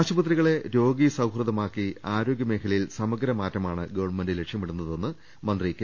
ആശുപത്രികളെ രോഗീ സൌഹൃദമാക്കി ആരോഗൃമേഖലയിൽ സമഗ്രമായ മാറ്റമാണ് ഗവർണമെന്റ് ലക്ഷ്യമിടുന്നതെന്ന് മന്ത്രി കെ